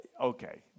okay